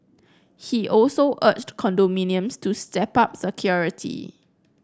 he also urged condominiums to step up security